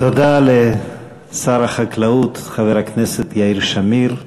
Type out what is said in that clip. תודה לשר החקלאות חבר הכנסת יאיר שמיר.